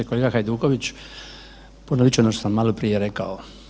Kolega Hajduković, ponovit ću ono što sam maloprije rekao.